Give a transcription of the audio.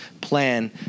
plan